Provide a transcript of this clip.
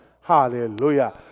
Hallelujah